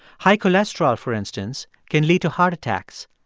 high cholesterol, for instance, can lead to heart attacks,